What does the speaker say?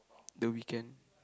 the weekend